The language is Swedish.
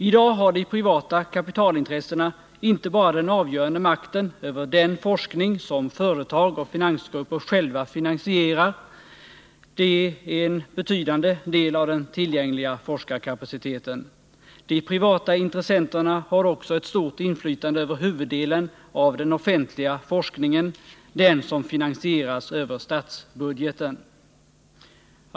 I dag har de privata kapitalintressena inte bara den avgörande makten över den forskning som företag och finansgrupper själva finansierar — och det är en betydande del av den tillgängliga forskarkapaciteten. De privata intressenterna har också ett stort inflytande över huvuddelen av den offentliga forskningen, den som finansieras över statsbudgeten.